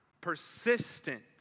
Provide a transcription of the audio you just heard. persistent